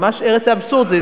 זו ממש ארץ האבסורד.